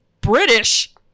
British